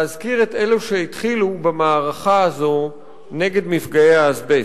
להזכיר את אלו שהתחילו במערכה הזאת נגד מפגעי האזבסט.